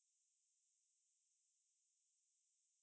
so then after that நான் அவன்கிட்ட சொன்னேன்:naan avankitta sonen lah